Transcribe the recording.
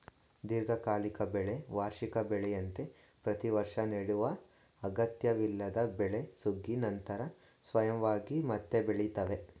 ದೀರ್ಘಕಾಲಿಕ ಬೆಳೆ ವಾರ್ಷಿಕ ಬೆಳೆಯಂತೆ ಪ್ರತಿವರ್ಷ ನೆಡುವ ಅಗತ್ಯವಿಲ್ಲದ ಬೆಳೆ ಸುಗ್ಗಿ ನಂತರ ಸ್ವಯಂವಾಗಿ ಮತ್ತೆ ಬೆಳಿತವೆ